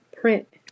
print